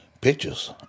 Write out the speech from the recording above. Pictures